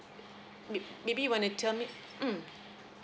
may maybe you want to tell me mm